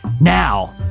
Now